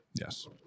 Yes